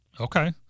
Okay